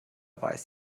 weiß